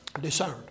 discerned